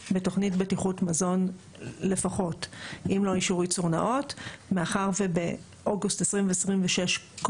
חובת תשלום אגרה לפי סעיף 64(א)(3) כפי שהוחל בסעיף 143,